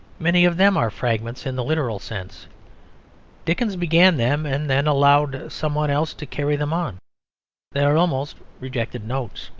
many of them are fragments in the literal sense dickens began them and then allowed some one else to carry them on they are almost rejected notes.